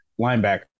linebacker